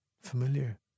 Familiar